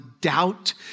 doubt